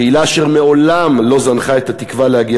קהילה אשר מעולם לא זנחה את התקווה להגיע